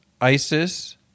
Isis